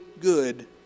good